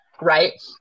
right